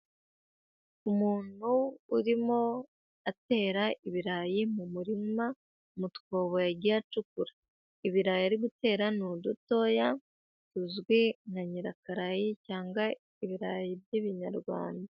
Umuntu urimo atera ibirayi mu murima, mu twobo yagiye acukura. Ibirayi ari gutera ni udutoya, tuzwi nka nyirakarayi cyangwa ibirayi by'ibinyarwanda.